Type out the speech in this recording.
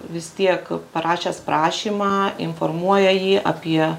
vis tiek parašęs prašymą informuoja jį apie